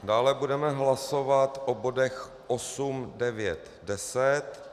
Dále budeme hlasovat o bodech 8, 9, 10.